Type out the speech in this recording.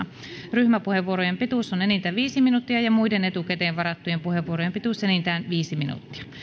ryhmäpuheenvuorojen pituus on enintään viisi minuuttia ja muiden etukäteen varattujen puheenvuorojen pituus enintään viisi minuuttia